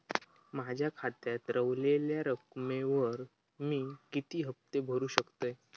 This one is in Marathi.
माझ्या खात्यात रव्हलेल्या रकमेवर मी किती हफ्ते भरू शकतय?